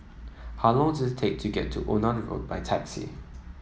how long does it take to get to Onan Road by taxi